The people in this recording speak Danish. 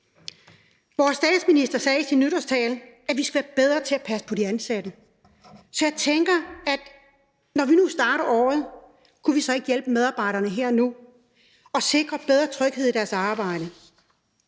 Vores statsminister sagde i sin nytårstale, at vi skal være bedre til at passe på de ansatte. Så jeg tænker, om vi, når vi nu starter året, så ikke kunne hjælpe medarbejderne her og nu og sikre dem bedre tryghed i deres arbejde?